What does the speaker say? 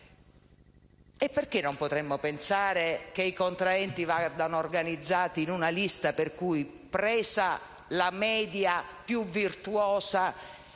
Perché poi non potremmo pensare che i contraenti debbano essere organizzati in una lista, per cui, presa la media più virtuosa,